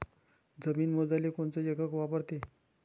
जमीन मोजाले कोनचं एकक वापरते?